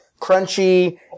crunchy